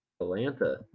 Atlanta